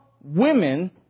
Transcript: women